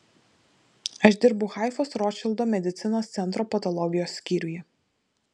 aš dirbu haifos rotšildo medicinos centro patologijos skyriuje